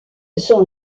son